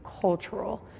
cultural